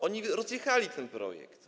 Oni rozjechali ten projekt.